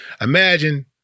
Imagine